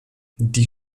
die